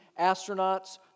astronauts